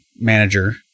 manager